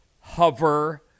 hover